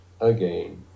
again